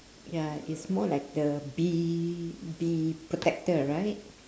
ya it's more like the bee bee protector right